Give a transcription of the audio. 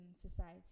society